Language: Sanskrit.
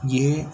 ये